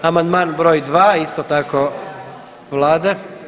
Amandman broj 2. isto tako Vlade.